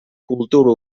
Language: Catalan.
cultura